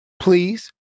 please